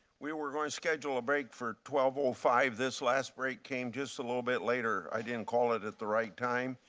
we were going to schedule a break for twelve ah five. this last break came a little bit later. i didn't call it at the right time.